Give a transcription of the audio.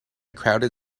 crowded